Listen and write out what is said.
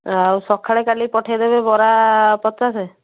ଆଉ ସକାଳେ କାଲି ପଠେଇ ଦେବେ ବରା ପଚାଶେ